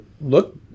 look